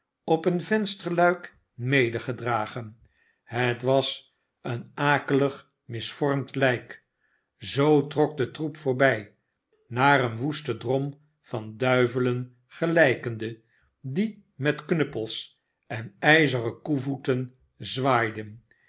op een vensterluik medegedragen het was een akelig misvormd lijk zoo trok de troep voorbij naar een woesten drom van duivelen gelijkende die met knuppels en ijzeren koevoeten zwaaiden